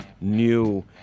new